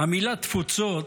המילה "תפוצות"